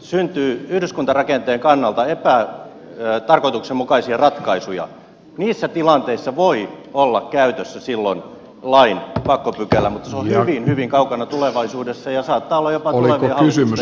jos syntyy yhdyskuntarakenteen kannalta epätarkoituksenmukaisia ratkaisuja niissä tilanteissa voi olla käytössä silloin lain pakkopykälä mutta se on hyvin hyvin kaukana tulevaisuudessa ja saattaa olla jopa tulevien hallitusten pöydällä